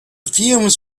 fumes